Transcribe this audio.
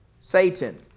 Satan